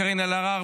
קארין אלהרר,